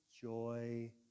joy